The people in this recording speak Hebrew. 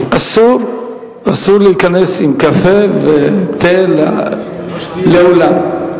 אסור להיכנס עם קפה ותה לאולם.